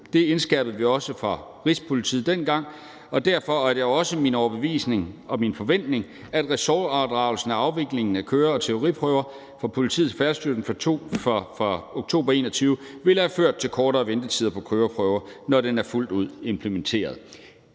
Det indskærpede vi også for Rigspolitiet dengang, og derfor er det også min overbevisning og min forventning, at ressortoverdragelsen af afviklingen af køre- og teoriprøver fra politiet til Færdselsstyrelsen fra oktober 2021 vil have ført til kortere ventetider på køreprøver, når den er fuldt ud implementeret.